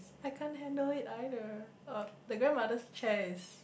I can't handle it either uh the grandmother's chairs